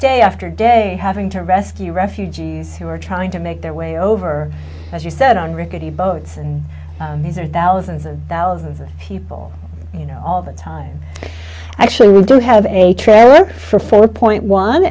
day after day having to rescue refugees who are trying to make their way over as you said on rickety boats and these are thousands and thousands of people you know all the time actually we do have a trailer for four point one